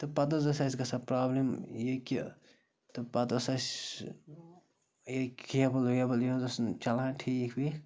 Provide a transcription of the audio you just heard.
تہٕ پَتہٕ حظ ٲس اَسہِ گژھان پرٛابلِم یہِ کہِ تہٕ پَتہٕ ٲس اَسہِ یہِ کیبَل ویبَل یہِ حظ ٲس نہٕ چَلان ٹھیٖک ویٖکھ